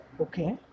Okay